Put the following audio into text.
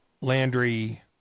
Landry